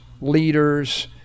leaders